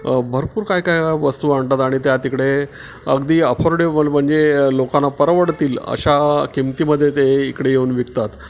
भरपूर काय काय वस्तू आणतात आणि त्या तिकडे अगदी अफोर्डेबल म्हणजे लोकांना परवडतील अशा किंमतीमध्ये ते इकडे येऊन विकतात